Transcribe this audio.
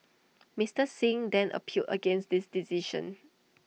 Mister Singh then appealed against this decision